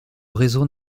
réseau